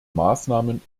maßnahmen